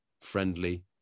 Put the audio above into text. Friendly